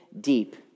deep